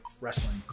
Wrestling